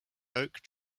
oak